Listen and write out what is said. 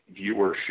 viewership